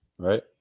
Right